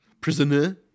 Prisoner